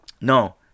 no